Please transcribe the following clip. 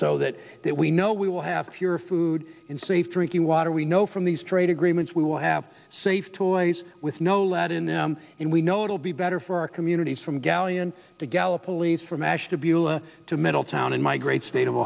so that that we know we will have your food in safe drinking water we know from these trade agreements we will have safe toys with no lead in them and we know it will be better for our communities from galleon to gallop police from ash to beulah to middletown in my great state of